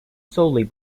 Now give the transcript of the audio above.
solely